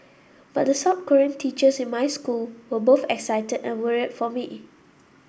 but the South Korean teachers in my school were both excited and worried for me